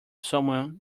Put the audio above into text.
someone